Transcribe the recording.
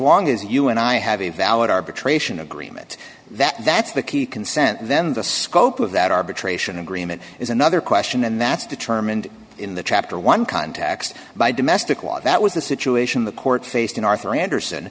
long as you and i have a valid arbitration agreement that that's the key consent then the scope of that arbitration agreement is another question and that's determined in the chapter one context by domestic law that was the situation the court faced in arthur andersen